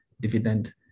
dividend